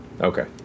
Okay